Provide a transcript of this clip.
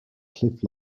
cliff